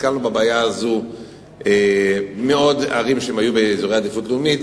נתקלנו בבעיה הזאת בעוד ערים שהיו באזורי עדיפות לאומית,